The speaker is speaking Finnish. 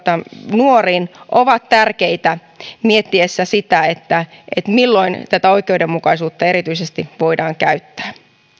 nuoriin ovat tärkeitä mietittäessä sitä milloin tätä oikeudenmukaisuutta erityisesti voidaan käyttää